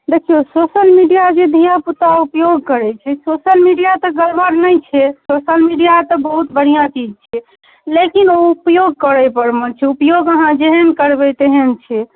देखिऔ social media जे धियापुता ऊपयोग करैत छै सोशल मिडिआ तऽ गड़बड़ नहि छै सोशल मिडिआ तऽ बहुत बढ़िआँ चीज छै लेकिन ऊपयोग करै परमे छै ऊपयोग अहाँ जेहन करबै तेहन छै